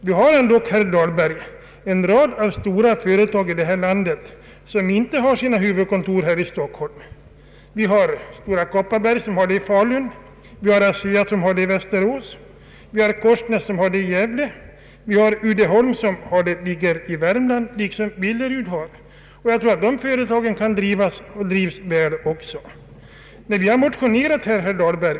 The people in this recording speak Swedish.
Det finns dock, herr Dahlberg, en rad stora företag här i landet som inte har sina huvudkontor här i Stockholm, t.ex. Stora Kopparbergs AB som har kontoret i Falun, HCB som har kontoret i Kramfors, ASEA som har kontoret i Västerås, Korsnäs som har kontoret i Gävle och Uddeholm och Billerud som ligger i Värmland. Jag vet att dessa företag mycket väl kan driva sin verksamhet.